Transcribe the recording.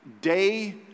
day